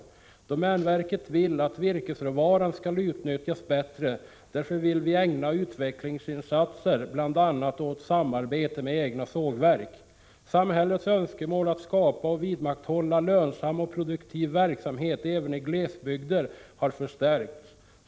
Domänverket vill att virkesråvaran skall utnyttjas bättre. Därför vill vi ägna utvecklingsinsatser bland annat åt samarbete med egna sågverk. Samhällets önskemål att skapa och vidmakthålla lönsam och produktiv verksamhet även i glesbygder har förstärkts.